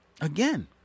Again